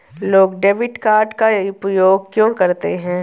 लोग debit card का उपयोग क्यों करते हैं?